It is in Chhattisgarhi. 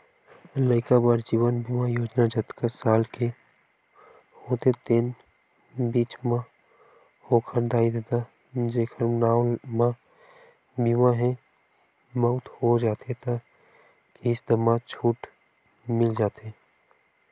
लइका बर जीवन बीमा योजना जतका साल के होथे तेन बीच म ओखर दाई ददा जेखर नांव म बीमा हे, मउत हो जाथे त किस्त म छूट मिल जाथे